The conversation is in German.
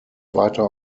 weiter